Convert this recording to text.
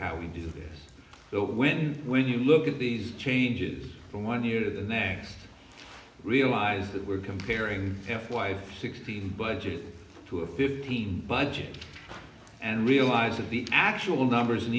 how we do this so when when you look at these changes from one year to the next realize that we're comparing wife sixteen budget to a fifteen budget and realize that the actual numbers in